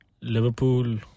Liverpool